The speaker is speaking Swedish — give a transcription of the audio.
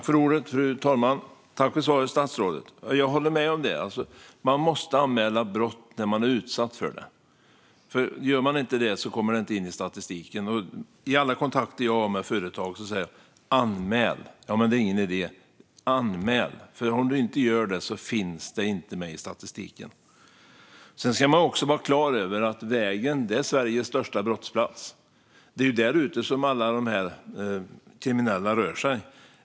Fru talman! Tack för svaret, statsrådet! Jag håller med om att man måste anmäla brott som man utsätts för, för om man inte gör det kommer det inte in i statistiken. I alla kontakter jag har med företag säger jag: Anmäl! - Men det är ingen idé. - Anmäl, för om du inte gör det finns det inte med i statistiken. Man ska också vara klar över att vägen är Sveriges största brottsplats. Det är där ute som alla de här kriminella rör sig.